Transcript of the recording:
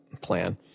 plan